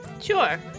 Sure